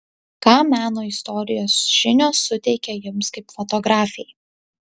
ką meno istorijos žinios suteikia jums kaip fotografei